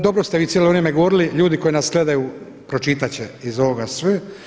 Dobro ste vi cijelo vrijeme govorili, ljudi koji nas gledaju pročitati će iz ovoga sve.